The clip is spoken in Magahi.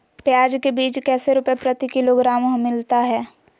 प्याज के बीज कैसे रुपए प्रति किलोग्राम हमिलता हैं?